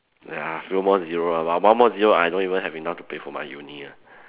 ya few more zero ah one one more zero I don't even have enough to pay for my uni ah